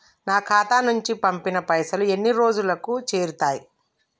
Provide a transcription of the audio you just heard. నా ఖాతా నుంచి పంపిన పైసలు ఎన్ని రోజులకు చేరుతయ్?